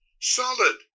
solid